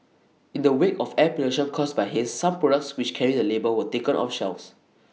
in the wake of air pollution caused by haze some products which carry the label were taken off shelves